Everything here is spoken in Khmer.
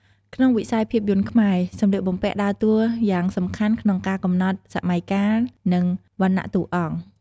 ក្នុងវិស័យភាពយន្តខ្មែរ សម្លៀកបំពាក់ដើរតួយ៉ាងសំខាន់ក្នុងការកំណត់សម័យកាល និងវណ្ណៈតួអង្គ។